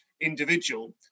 individual